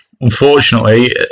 unfortunately